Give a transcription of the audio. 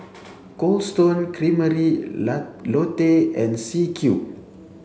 Cold Stone Creamery Lotte and C Cube